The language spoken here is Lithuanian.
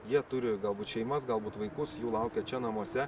jie turi galbūt šeimas galbūt vaikus jų laukia čia namuose